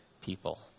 people